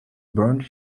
burnt